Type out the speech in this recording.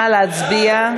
נא להצביע.